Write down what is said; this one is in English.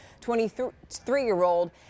23-year-old